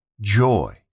Joy